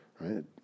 right